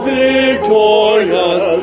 victorious